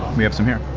we have some here.